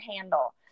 handle